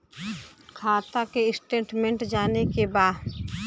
खाता के स्टेटमेंट जाने के बा?